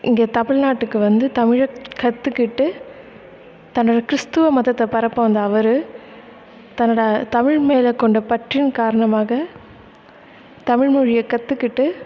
இங்கே தமிழ்நாட்டுக்கு வந்து தமிழை கற்றுக்கிட்டு தன்னோடய கிறிஸ்துவ மதத்தை பரப்ப வந்த அவர் தன்னோடய தமிழ் மேலே கொண்ட பற்றின் காரணமாக தமிழ்மொழியை கற்றுக்கிட்டு